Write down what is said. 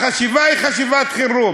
החשיבה היא חשיבת חירום,